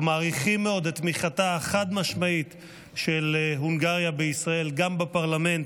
אנחנו מעריכים מאוד את תמיכתה החד-משמעית של הונגריה בישראל גם בפרלמנט,